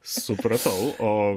supratau o